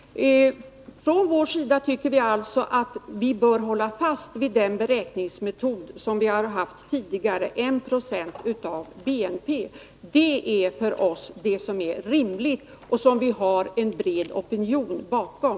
Från vår sida tycker vi alltså att vi bör hålla fast vid den beräkningsmetod som vi haft tidigare, dvs. 1 26 av BNP. Det är det som för oss är rimligt och som det finns en bred opinion bakom.